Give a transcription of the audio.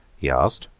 he asked.